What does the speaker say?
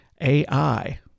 AI